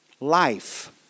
life